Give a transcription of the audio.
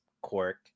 quirk